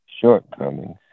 shortcomings